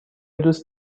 دوست